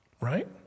Right